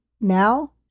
now